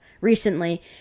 recently